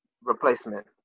replacement